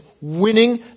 winning